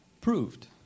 Proved